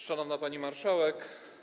Szanowna Pani Marszałek!